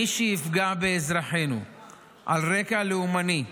מי שיפגע באזרחינו על רקע לאומני,